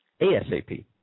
ASAP